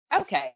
Okay